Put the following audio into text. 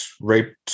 raped